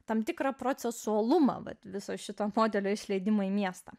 tam tikrą proceso uolumą vat viso šito modelio išleidimo į miestą